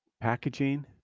packaging